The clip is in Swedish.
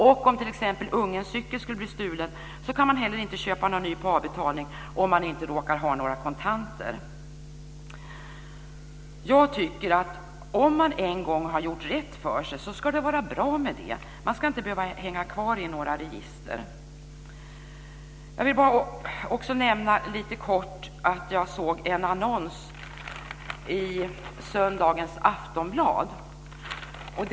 Och om t.ex. ungens cykel skulle bli stulen kan man inte heller köpa någon ny på avbetalning, om man inte råkar ha några kontanter. Jag tycker att om man en gång har gjort rätt för sig ska det vara bra med det. Man ska inte behöva hänga kvar i några register. Jag vill också lite kortfattat nämna att jag såg en annons i söndagens Aftonbladet.